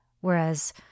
Whereas